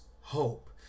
hope